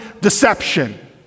deception